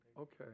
Okay